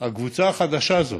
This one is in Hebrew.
הקבוצה החדשה הזאת,